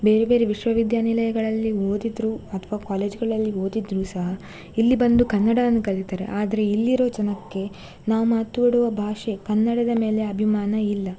ಬೇರೆ ಬೇರೆ ವಿಶ್ವವಿದ್ಯಾನಿಲಯಗಳಲ್ಲಿ ಓದಿದ್ದರೂ ಅಥ್ವಾ ಕಾಲೇಜುಗಳಲ್ಲಿ ಓದಿದ್ದರೂ ಸಹ ಇಲ್ಲಿ ಬಂದು ಕನ್ನಡವನ್ನು ಕಲಿತಾರೆ ಆದರೆ ಇಲ್ಲಿರುವ ಜನಕ್ಕೆ ನಾವು ಮಾತಾಡುವ ಭಾಷೆ ಕನ್ನಡದ ಮೇಲೆ ಅಭಿಮಾನ ಇಲ್ಲ